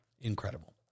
Incredible